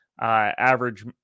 average